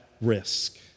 risk